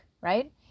right